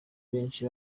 benshi